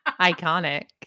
iconic